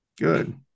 Good